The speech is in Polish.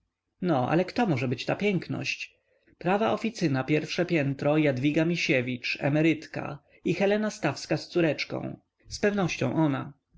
studenci ale kto może być ta piękność prawa oficyna pierwsze piętro jadwiga misiewicz emerytka i helena stawska z córeczką z pewnością ona